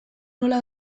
nola